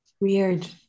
weird